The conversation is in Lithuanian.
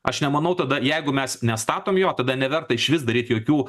aš nemanau tada jeigu mes nestatom jo tada neverta išvis daryti jokių